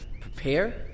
Prepare